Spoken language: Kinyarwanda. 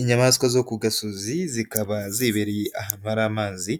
Inyamaswa zo ku gasozi zikaba zibereye ahamara amazi,